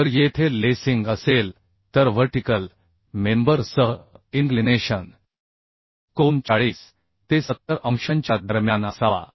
जर येथे लेसिंग असेल तर व्हरटिकल मेंबर सह इन्क्लिनेशन कोन 40 ते 70 अंशांच्या दरम्यान असावा